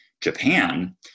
Japan